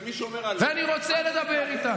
ואני רוצה לדבר איתם,